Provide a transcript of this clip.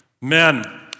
Men